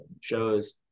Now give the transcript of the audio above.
shows